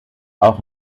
auch